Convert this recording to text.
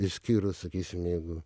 išskyrus sakysim jeigu